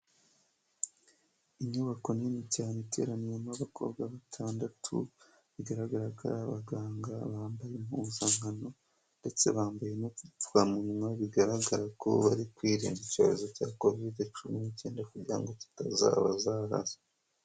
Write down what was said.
Inyubako nini cyane iteraniyemo abakobwa batandatu, bigaragara ko ari abaganga, bambaye impuzankano ndetse bambaye n'udupfukamuyuma, bigaragara ko bari kwirinda icyorezo cya Kovide cumi n'icyenda kugira ngo kitazabazahaza.